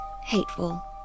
hateful